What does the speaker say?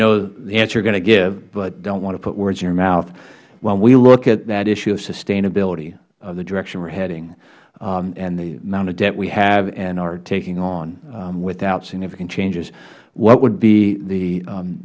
answer you are going to give but i don't want to put words in your mouth when we look at that issue of sustainability the direction we are heading and the amount of debt we have and are taking on without significant changes what would be the num